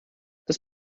das